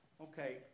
Okay